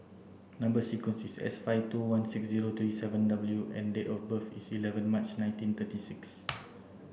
number sequence is S five two one six zero three seven W and date of birth is eleven March nineteen thirty six